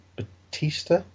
Batista